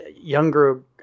younger